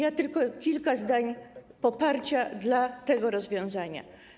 Ja mam tylko kilka zdań poparcia dla tego rozwiązania.